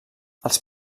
els